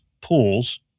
pools